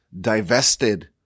divested